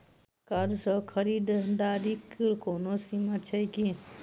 Card सँ खरीददारीक कोनो सीमा छैक की?